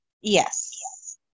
Yes